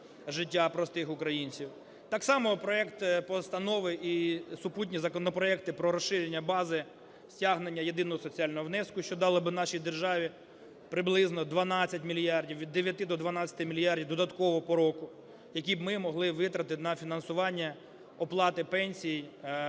Так само проект постанови і супутні законопроекти про розширення бази стягнення єдиного соціального внеску, що дало би нашій державі приблизно 12 мільярдів, від 9 до 12 мільярдів додаткового порогу, які б ми могли витратити на фінансування оплати пенсій